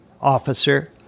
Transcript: officer